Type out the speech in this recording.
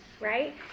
right